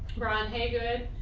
brian haygood.